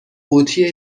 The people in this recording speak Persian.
قوطی